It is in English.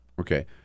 okay